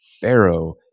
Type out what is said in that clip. Pharaoh